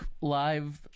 live